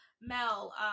Mel